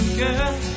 girl